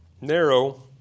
Narrow